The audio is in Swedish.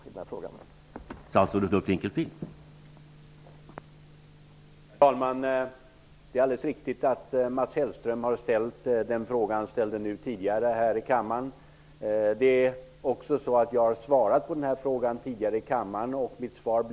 Det kan vara viktigt att få veta det inför allas vår planering.